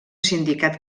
sindicat